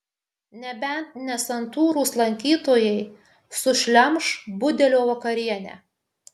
nebent nesantūrūs lankytojai sušlemš budelio vakarienę